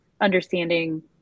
understanding